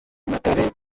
matèria